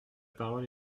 parole